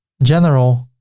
general